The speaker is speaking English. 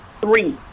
Three